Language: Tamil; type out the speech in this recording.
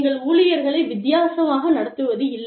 நீங்கள் ஊழியர்களை வித்தியாசமாக நடத்துவதில்லை